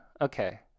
Okay